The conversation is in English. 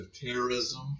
terrorism